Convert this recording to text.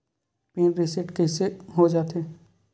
Pin reset कइसे हो जाथे?